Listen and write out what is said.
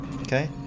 Okay